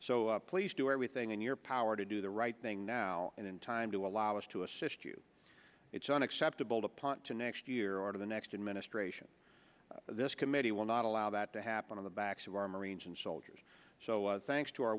so please do everything in your power to do the right thing now and in time to allow us to assist you it's unacceptable to punt to next year or to the next administration this committee will not allow that to happen on the backs of our marines and soldiers so thanks to our